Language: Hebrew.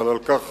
אבל על כך